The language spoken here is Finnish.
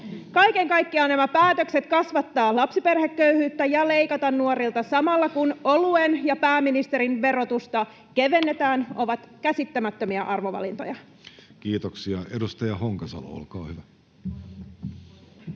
Kaiken kaikkiaan nämä päätökset kasvattaa lapsiperheköyhyyttä ja leikata nuorilta samalla, kun oluen ja pääministerin verotusta kevennetään, ovat käsittämättömiä arvovalintoja. [Speech 89] Speaker: Jussi Halla-aho